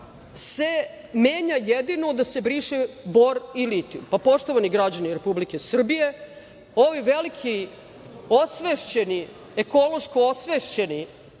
se menja jedino, da se briše bor i litijum. Poštovani građani Republike Srbije, ovi veliki osvešćeni, ekološko osvešćeni